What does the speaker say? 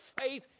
faith